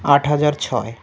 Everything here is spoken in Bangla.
আট হাজার ছয়